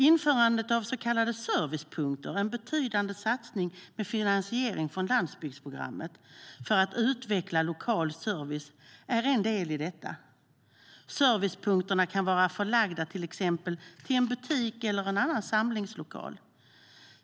Införandet av så kallade servicepunkter - en betydande satsning med finansiering från landsbygdsprogrammet - för att utveckla lokal service är en del i detta. Servicepunkterna kan vara förlagda till exempel till en butik eller annan samlingslokal.